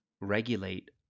regulate